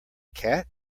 cat